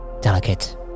delicate